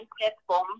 platform